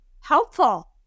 helpful